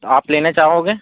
तो आप लेना चाहोगे